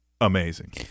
Amazing